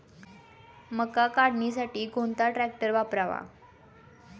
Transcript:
मका काढणीसाठी कोणता ट्रॅक्टर वापरावा?